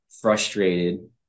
frustrated